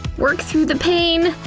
work through the pain,